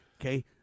Okay